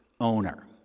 owner